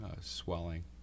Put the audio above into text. swelling